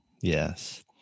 Yes